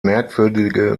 merkwürdige